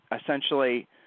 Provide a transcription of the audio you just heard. essentially